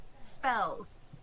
spells